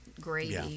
gravy